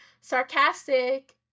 sarcastic